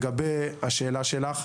לגבי השאלה שלך,